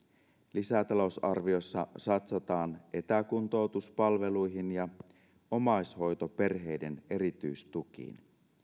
lisätalousarviossa satsataan etäkuntoutuspalveluihin ja omaishoitoperheiden erityistukiin